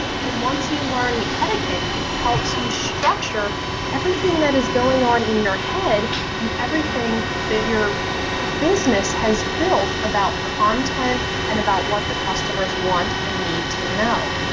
and once you learn the etiquette it helps you structure everything that is going on in your head and everything your business has built about content and about what the customers want and need to know.